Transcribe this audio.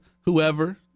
whoever